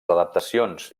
adaptacions